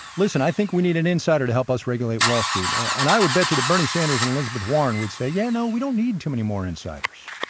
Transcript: listen, i think we need an insider to help us regulate wall street, and i would betcha that bernie sanders and elizabeth warren would say, yeah, no, we don't need too many more insiders.